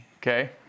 Okay